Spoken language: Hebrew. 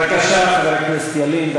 בבקשה, חבר הכנסת ילין.